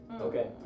Okay